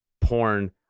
porn